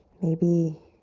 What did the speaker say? maybe